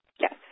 Yes